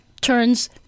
turns